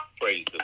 Praise